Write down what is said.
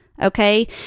Okay